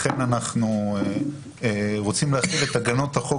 לכן אנחנו רוצים להטיל את הגנות החוק